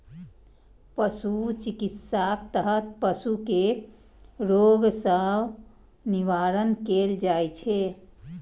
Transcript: पशु चिकित्साक तहत पशु कें रोग सं निवारण कैल जाइ छै